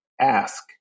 Ask